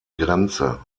grenze